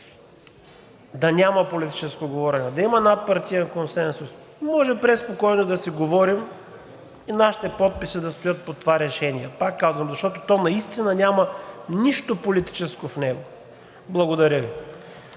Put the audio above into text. да няма политическо говорене, да има надпартиен консенсус, може преспокойно да си говорим и нашите подписи да стоят под това решение. Пак казвам, защото то наистина няма нищо политическо в него. Благодаря Ви.